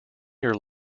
your